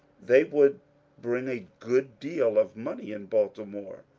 they would bring a good deal of money in baltimore.